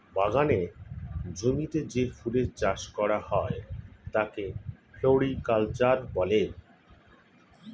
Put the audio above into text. বাগানের জমিতে যে ফুলের চাষ করা হয় তাকে ফ্লোরিকালচার বলে